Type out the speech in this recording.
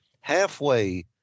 halfway